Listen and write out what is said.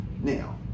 Now